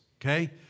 okay